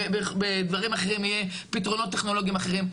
בדברים אחרים יהיו פתרונות טכנולוגיים אחרים,